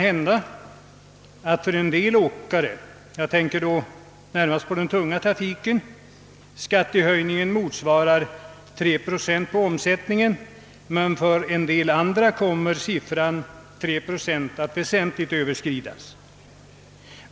Det är möjligt att för en del åkare — jag tänker då närmast på sådana som arbetar med den tunga trafiken — skattehöjningen motsvarar 3 procent av omsättningen, men för en del andra kommer den siffran att väsentligt överskridas.